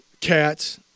cats